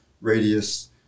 radius